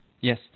Yes